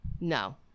No